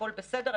הכול בסדר,